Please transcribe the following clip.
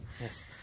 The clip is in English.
Yes